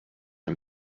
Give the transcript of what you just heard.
een